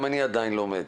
גם אני עדיין לומד.